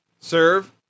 serve